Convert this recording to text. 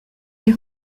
les